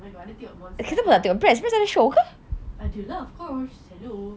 but I tengok monster hunt